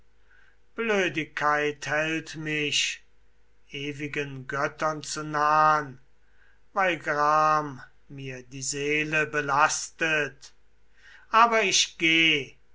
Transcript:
blödigkeit hält mich ewigen göttern zu nahn weil gram mir die seele belastet aber ich geh